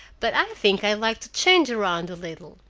but i think i'd like to change around a little.